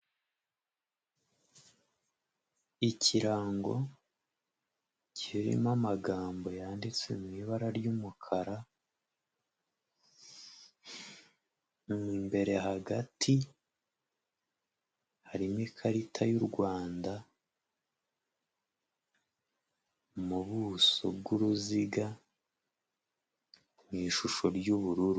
Ikirango kirimo amagambo yanditse mu ibara ry'umukara, imbere hagati harimo ikarita y'u Rwanda mu buso bw'uruziga mu ishusho ry'ubururu.